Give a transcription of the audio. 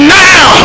now